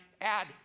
add